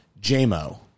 JMO